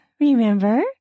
Remember